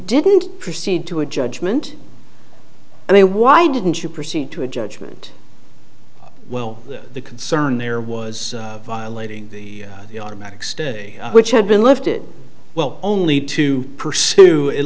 didn't proceed to a judgment and they why didn't you proceed to a judgment well the concern there was violating the automatic stay which had been lifted well only to pursue at